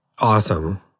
Awesome